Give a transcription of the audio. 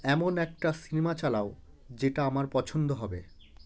এমন একটা সিনেমা চালাও যেটা আমার পছন্দ হবে